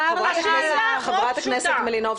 צר לי על ה --- חברת הכנסת מלינובסקי,